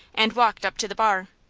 and walked up to the bar.